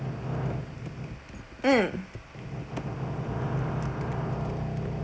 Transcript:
mm